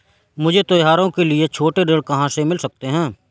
मुझे त्योहारों के लिए छोटे ऋण कहाँ से मिल सकते हैं?